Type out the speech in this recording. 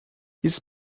use